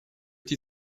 die